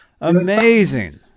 Amazing